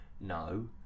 no